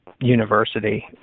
university